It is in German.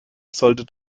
sollte